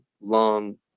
long